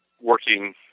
working